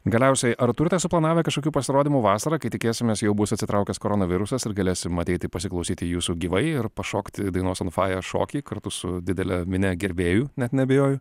galiausiai ar turite suplanavę kažkokių pasirodymų vasarą kai tikėsimės jau bus atsitraukęs koronavirusas ir galėsim ateiti pasiklausyti jūsų gyvai ir pašokti dainos on fire šokį kartu su didele minia gerbėjų net neabejoju